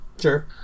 Sure